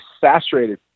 saturated